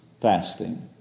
fasting